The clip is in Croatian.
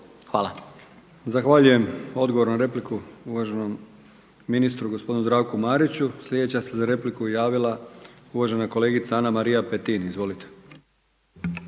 (HDZ)** Zahvaljujem. Odgovor na repliku uvaženom ministru gospodinu Zdravku Mariću. Sljedeća se za repliku javila uvažena kolegica Ana-Marija Petin. Izvolite.